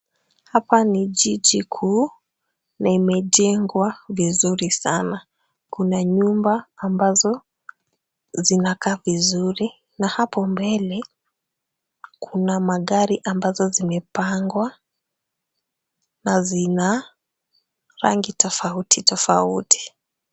Hapa ni jiji kuu na imejengwa vizuri sana. Kuna nyumba ambazo zinakaa vizuri na hapo mbele kuna magari ambazo zimepangwa na zina rangi tofauti tofauti.